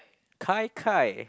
Kai Kai